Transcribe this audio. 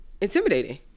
intimidating